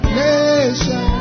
nation